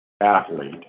athlete